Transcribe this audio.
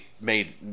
made